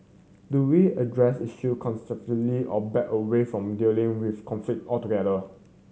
do we address issue constructively or back away from dealing with conflict altogether